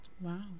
Wow